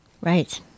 Right